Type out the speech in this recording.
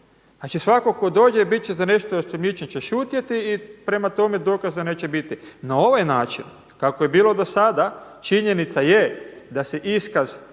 šutio? Svako ko dođe bit će za nešto osumnjičen će šutjeti i prema tome dokaza neće biti. Na ovaj način kako je bilo do sada, činjenica je da se iskaz